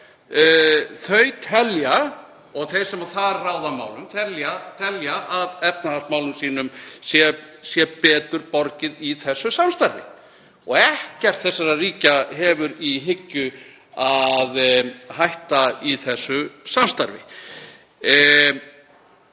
ríki öll og þeir sem þar ráða málum telja að efnahagsmálum þeirra sé betur borgið í þessu samstarfi. Og ekkert ríkjanna hefur í hyggju að hætta í því samstarfi.